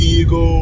ego